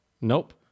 Nope